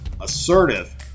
assertive